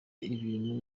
ibintu